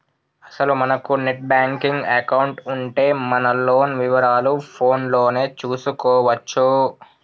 అసలు మనకు net banking account ఉంటే మన లోన్ వివరాలు ఫోన్ లోనే చూసుకోవచ్చు